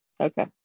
Okay